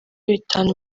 bitanu